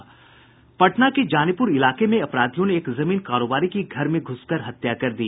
पटना के जानीपुर इलाके में अपराधियों ने एक जमीन कारोबारी की घर में घूस कर हत्या कर दी